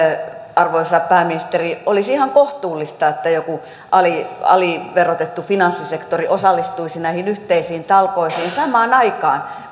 arvoisa pääministeri olisi ihan kohtuullista että joku aliverotettu finanssisektori osallistuisi näihin yhteisiin talkoisiin samaan aikaan